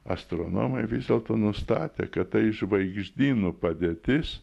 astronomai vis dėlto nustatė kad tai žvaigždynų padėtis